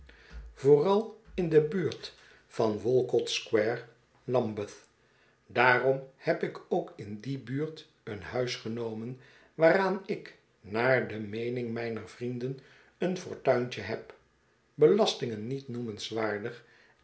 vooral in de buurt walco t square lambeth daarom heb ik ook in die buurt een huis genomen waaraan ik naar de meening mijner vrienden een fortuintje heb